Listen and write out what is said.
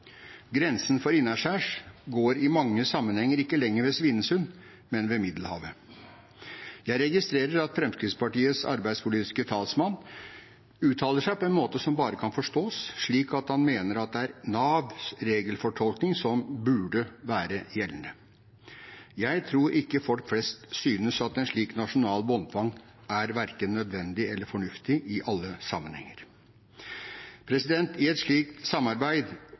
Grensen for innaskjærs går i mange sammenhenger ikke lenger ved Svinesund, men ved Middelhavet. Jeg registrerer at Fremskrittspartiets arbeidspolitiske talsmann uttaler seg på en måte som bare kan forstås slik at han mener at det er Navs regelfortolkning som burde være gjeldende. Jeg tror ikke at folk flest synes at en slik nasjonal båndtvang er verken nødvendig eller fornuftig i alle sammenhenger. I et slikt samarbeid